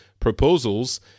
proposals